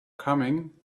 coming